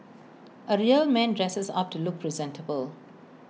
A real man dresses up to look presentable